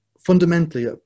fundamentally